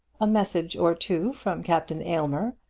a message or two from captain aylmer,